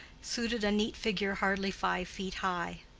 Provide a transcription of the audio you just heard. suited a neat figure hardly five feet high.